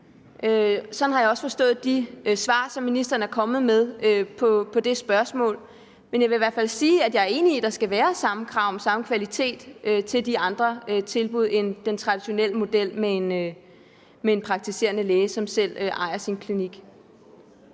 Sådan har jeg også forstået de svar, som ministeren er kommet med på det spørgsmål. Men jeg vil i hvert fald sige, at jeg er enig i, at der skal være samme krav om samme kvalitet til andre tilbud end den traditionelle model med en praktiserende læge, som selv ejer sin klinik.